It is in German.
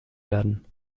werden